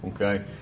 Okay